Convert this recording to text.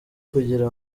kugira